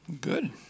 Good